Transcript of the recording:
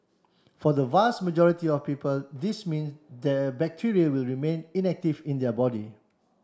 for the vast majority of people this means the bacteria will remain inactive in their body